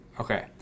okay